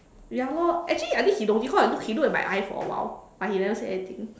ya lor actually I think he know because he he look at my eyes for a while but he never say anything